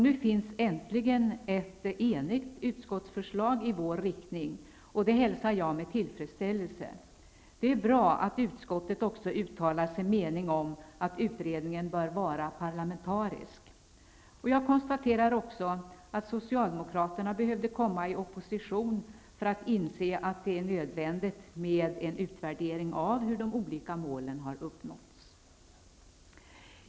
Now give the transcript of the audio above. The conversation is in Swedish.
Nu finns äntligen ett förslag från ett enigt utskott som går i vår riktning, och det hälsar jag med tillfredsställelse. Det är bra att utskottet också uttalar sin mening om att utredningen bör vara parlamentarisk. Jag konstaterar också att Socialdemokraterna behövde komma i opposition för att inse att det är nödvändigt med en utvärdering av hur de olika målen har uppnåtts.